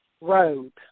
road